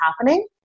happening